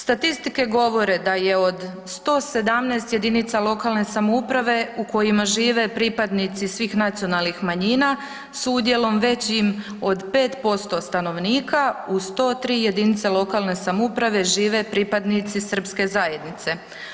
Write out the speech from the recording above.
Statistike govore da je od 117 jedinica lokalne samouprave u kojima žive pripadnici svih nacionalnih manjina s udjelom većim od 5% stanovnika, u 103 jedinica lokalne samouprave žive pripadnici srpske zajednice.